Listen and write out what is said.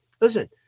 listen